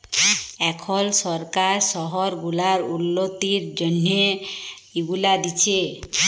এখল সরকার শহর গুলার উল্ল্যতির জ্যনহে ইগুলা দিছে